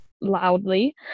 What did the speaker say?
loudly